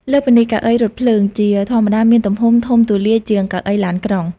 លើសពីនេះ កៅអីរថភ្លើង ជាធម្មតាមានទំហំ ធំទូលាយជាងកៅអីឡានក្រុង។